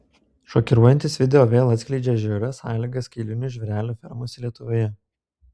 šokiruojantis video vėl atskleidžia žiaurias sąlygas kailinių žvėrelių fermose lietuvoje